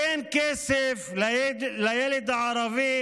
ואין כסף לילד הערבי